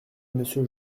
monsieur